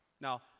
Now